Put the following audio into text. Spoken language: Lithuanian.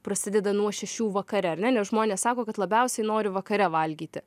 prasideda nuo šešių vakare ar ne nes žmonės sako kad labiausiai nori vakare valgyti